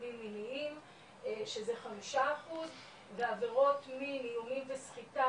וסרטונים מיניים שזה 5 אחוז ועבירות מין איומים וסחיטה,